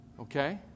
Okay